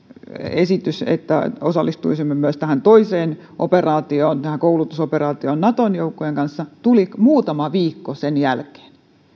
esitys että osallistuisimme myös tähän toiseen operaatioon tähän koulutusoperaatioon naton joukkojen kanssa tuli muutama viikko sen jälkeen